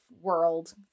world